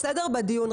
בדיון.